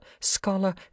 scholar